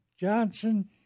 Johnson